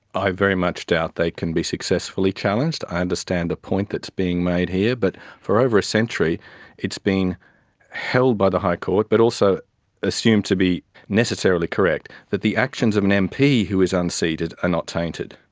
i very much doubt they can be successfully challenged. i understand the point that is being made here. but for over a century been held by the high court but also assumed to be necessarily correct that the actions of an mp who is unseeded are not tainted.